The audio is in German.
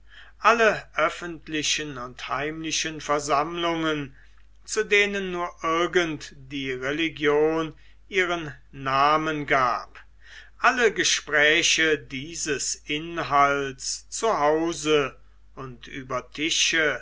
alle öffentlichen oder heimlichen versammlungen zu denen nur irgend die religion ihren namen gab alle gespräche dieses inhalts zu hause und über tische